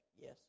Yes